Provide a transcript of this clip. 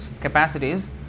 capacities